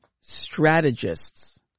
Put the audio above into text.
strategists